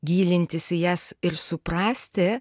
gilintis į jas ir suprasti